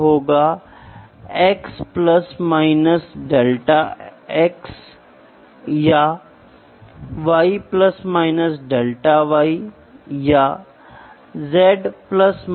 मैं जो कहना चाह रहा हूं वह यह है कि कई बार हम क्या करते हैं अगर हमारे पास झुकाव है या अगर हमारे पास एक टेपर्ड शाफ्ट है तो ठीक है अगर हमारे पास एक नियमित शाफ्ट मापने वाला व्यास बहुत आसान है